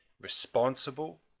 responsible